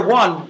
one